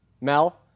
Mel